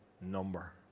number